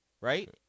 right